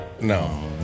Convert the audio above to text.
No